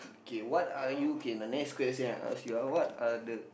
K what are you K the next question I ask you ah what are the